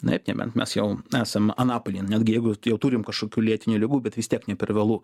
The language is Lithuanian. naip neben mes jau esam anapilin netgi jeigu jau turim kažkokių lėtinių ligų bet vis tiek ne per vėlu